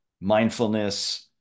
mindfulness